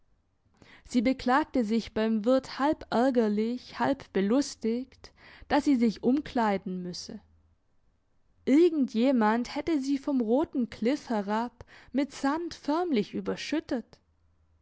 sie beklagte sich beim wirt halb ärgerlich halb belustigt dass sie sich umkleiden müsse irgend jemand hätte sie vom rotem kliff herab mit sand förmlich überschüttet